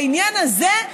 לעניין הזה,